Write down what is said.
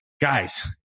Guys